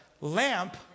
lamp